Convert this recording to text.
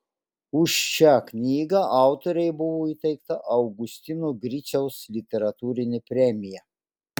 už šią knygą autorei buvo įteikta augustino griciaus literatūrinė premija